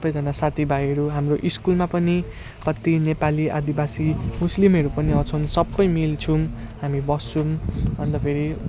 सबैजना साथीभाइहरू हाम्रो स्कुलमा पनि कति नेपाली आदिवासी मुस्लिमहरू पनि आउँछन् सबै मिल्छौँ हामी बस्छौँ अन्त फेरि